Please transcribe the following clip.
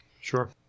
Sure